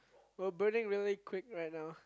we're burning really quick right now